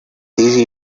easy